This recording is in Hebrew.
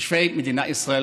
תושבי מדינת ישראל,